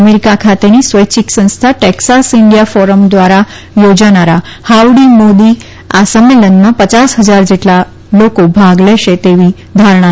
America ખાતેની સ્વૈચ્છિક સંસ્થા ટેકસાસ ઈન્કિયા ફોરમ ધ્વારા યોજાનારા ફાવડી મોદીઆ સંમેલનમાં પચાસ ફજાર જેટલા લોકો ભાગ લેશે તેવી ધારણા છે